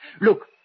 Look